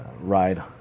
ride